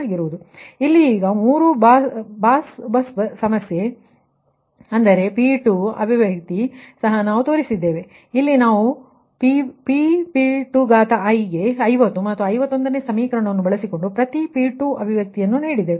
ಈಗ ಇಲ್ಲಿ 3 ಬಸ್ ಸಮಸ್ಯೆ ಆದ್ದರಿಂದ ಈ P2 ಅಭಿವ್ಯಕ್ತಿ ಸಹ ನಾವು ತೋರಿಸಿದ್ದೇವೆ ಆದರೆ ಇಲ್ಲಿ ನಾನು PP ಗಾಗಿ 50 ಮತ್ತು 51 ರ ಸಮೀಕರಣವನ್ನು ಬಳಸಿಕೊಂಡು ಪ್ರತಿ P2 ಅಭಿವ್ಯಕ್ತಿಗೆ ನೀಡಿದ್ದೇನೆ